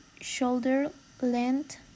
shoulder-length